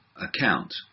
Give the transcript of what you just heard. account